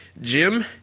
Jim